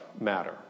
matter